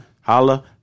Holla